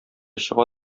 чыга